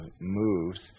moves